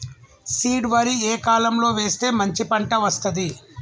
Seed వరి ఏ కాలం లో వేస్తే మంచి పంట వస్తది?